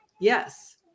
Yes